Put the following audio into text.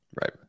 Right